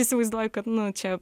įsivaizduoju kad nu čia